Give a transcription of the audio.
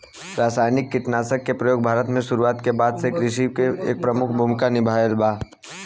रासायनिक कीटनाशक के प्रयोग भारत में शुरुआत के बाद से कृषि में एक प्रमुख भूमिका निभाइले बा